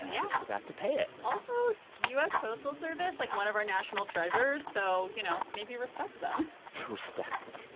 and yeah just forgot to pay it also, u s. postal service like, one of our national treasures. so you know, maybe respect them respect them.